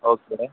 okay